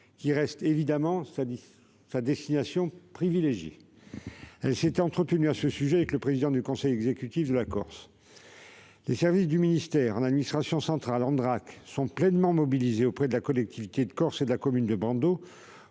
qui reste évidemment sa destination privilégiée. Elle s'est entretenue à ce sujet avec le président du conseil exécutif de la Corse. Les services du ministère, en administration centrale et en Drac, sont pleinement mobilisés auprès de la collectivité de Corse et de la commune de Brando